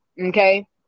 okay